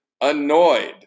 annoyed